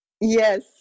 yes